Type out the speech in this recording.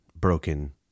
broken